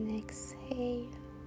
exhale